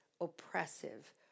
oppressive